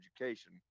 education